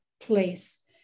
place